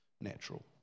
natural